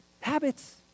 Habits